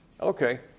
Okay